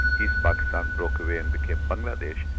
east pakistan broke away and became bangladesh,